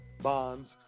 bonds